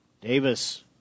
Davis